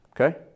okay